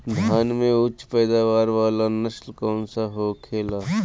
धान में उच्च पैदावार वाला नस्ल कौन सा होखेला?